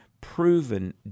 proven